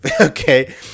okay